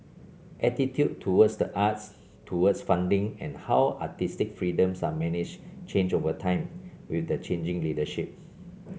attitudes towards the arts towards funding and how artistic freedoms are managed change over time with the changing leadership